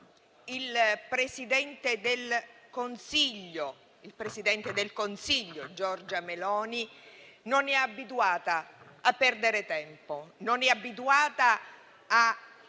Il presidente del Consiglio Giorgia Meloni non è abituato a perdere tempo, non è abituato a fare